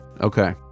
Okay